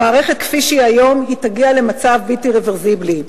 המערכת כפי שהיא היום תגיע למצב בלתי רוורסבילי.